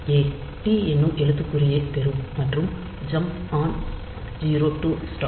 ஏ t என்னும் எழுத்துக்குறியைப் பெறும் மற்றும் ஜம்ப் ஆன் 0 டு ஸ்டாப்